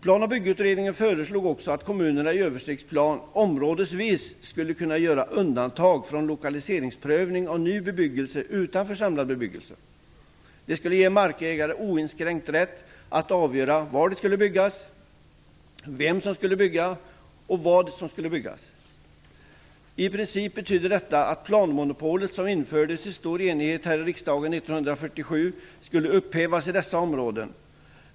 Plan och byggutredningen föreslog också att kommunerna i översiktsplanen områdesvis skulle kunna göra undantag från lokaliseringsprövning av ny bebyggelse utanför samlad bebyggelse. Det skulle ge markägare oinskränkt rätt att avgöra var det skulle byggas, vem som skulle bygga och vad som skulle byggas. I princip betydde detta att planmonopolet som infördes i stor enighet här i riksdagen 1947 skulle upphävas i dessa områden.